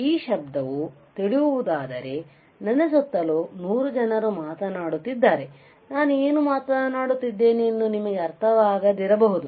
ಈ ಶಬ್ದವು ತಿಳಿಯುವುದಾದರೆ ನನ್ನ ಸುತ್ತಲೂ 100 ಜನರು ಮಾತನಾಡುತ್ತಿದ್ದರೆ ನಾನು ಏನು ಮಾತನಾಡುತ್ತಿದ್ದೇನೆಂದು ನಿಮಗೆ ಅರ್ಥವಾಗದಿರಬಹುದು